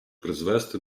призвести